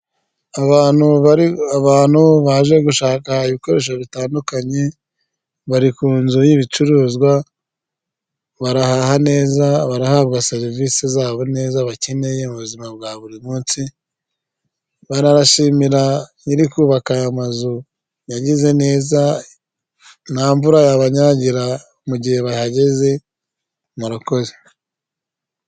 Abantu baje gushaka ibikoresho bitandukanye bari ku nzu y'ibicuruzwa barahaha neza barahabwa serivisi zabo neza bakeneye mu buzima bwa buri munsi barashimira nyiri kubaka aya mazu yagize neza nta mvura yababanyagira mu gihe bahageze murakoze .